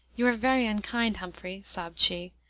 you are very unkind, humphrey, sobbed she.